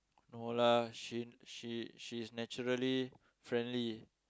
no lah she she she's naturally friendly